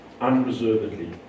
unreservedly